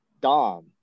Dom